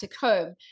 home